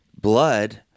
blood